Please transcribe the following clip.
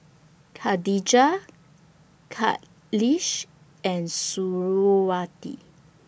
Khadija Khalish and Suriawati